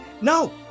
No